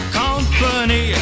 company